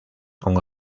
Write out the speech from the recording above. con